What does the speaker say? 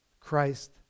Christ